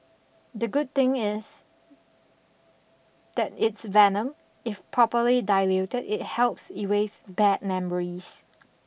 the good thing is that it's venom if properly diluted it helps erase bad memories